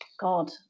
God